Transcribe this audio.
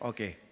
Okay